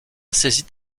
saisit